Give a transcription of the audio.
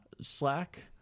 Slack